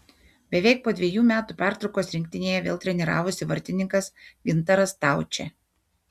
beveik po dvejų metų pertraukos rinktinėje vėl treniravosi vartininkas gintaras staučė